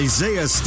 Isaiah